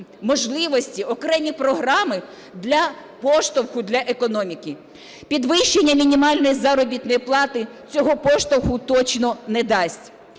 можливості, окремі програми для поштовху для економіки. Підвищення мінімальної заробітної плати цього поштовху точно не дасть.